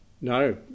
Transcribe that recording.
No